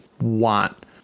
want